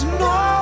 no